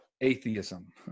atheism